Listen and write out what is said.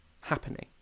happening